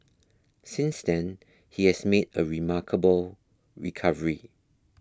since then he has made a remarkable recovery